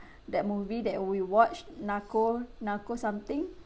that movie that we watched nako nako something